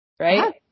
Right